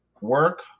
work